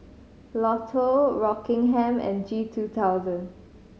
Lotto Rockingham and G two thousand